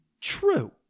true